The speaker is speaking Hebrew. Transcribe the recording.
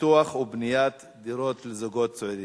פיתוח ובנייה של דירות לזוגות צעירים,